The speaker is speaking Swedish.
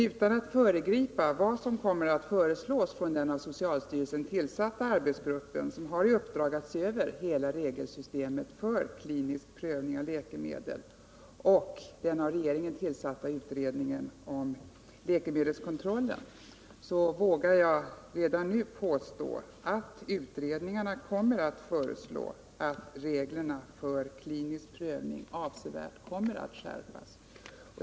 Utan att föregripa vad som kommer att föreslås av den av socialstyrelsen tillsatta arbetsgruppen, som har i uppdrag att se över hela regelsystemet för klinisk prövning av läkemedel, och av den av regeringen tillsatta utredningen om läkemedelskontrollen vågar jag redan nu påstå att utredningarna kommer att föreslå att reglerna för klinisk prövning avsevärt skärps.